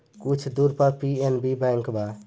कुछ दूर पर पी.एन.बी बैंक बा